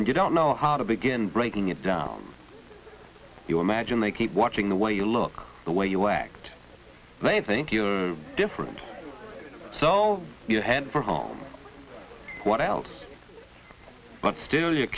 and you don't know how to begin breaking it down you imagine they keep watching the way you look the way you act they think you're different so you head for home what else but still you